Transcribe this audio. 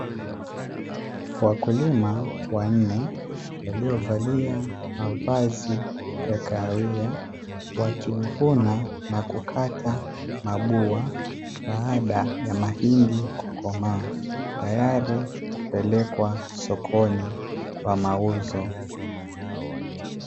Wakulima wanne waliovalia mavazi ya kahawia, wakivuna na kukata mabua baada ya mahindi kukomaa, tayari kupelekwa sokoni kwa mauzo.